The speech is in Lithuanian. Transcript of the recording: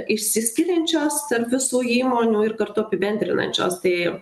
išsiskiriančios tarp visų įmonių ir kartu apibendrinančios tai